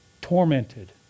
tormented